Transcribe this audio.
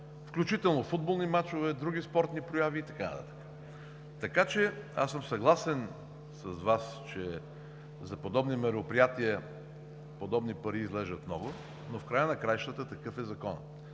включително футболни мачове, други спортни прояви и така нататък. Аз съм съгласен с Вас, че за подобни мероприятия тези пари изглеждат много, но в края на краищата такъв е законът.